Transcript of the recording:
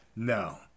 No